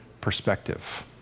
perspective